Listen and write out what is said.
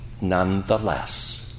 nonetheless